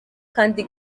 kandi